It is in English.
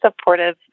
supportive